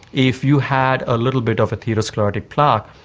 if you had a little bit of atherosclerotic plaque,